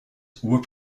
were